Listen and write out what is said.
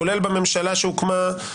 -- כולל בממשלה שהוקמה,